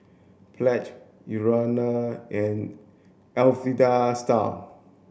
Pledge Urana and Alpha Style